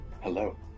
hello